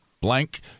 blank